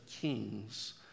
kings